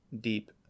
deep